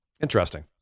Interesting